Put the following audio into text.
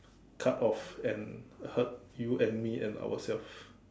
cut off and hurt you and me and ourselves